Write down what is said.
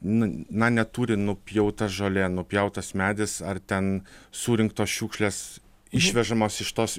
na neturi nupjauta žolė nupjautas medis ar ten surinktos šiukšlės išvežamos iš tos